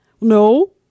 No